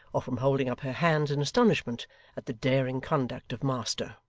or from holding up her hands in astonishment at the daring conduct of master.